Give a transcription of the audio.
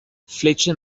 fletcher